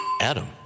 Adam